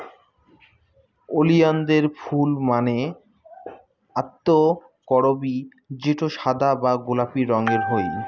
ওলিয়ানদের ফুল মানে অক্তকরবী যেটো সাদা বা গোলাপি রঙের হই